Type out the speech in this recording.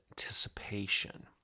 Anticipation